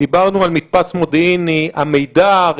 דיברנו על "מתפס מודיעיני", על המידע.